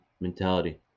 mentality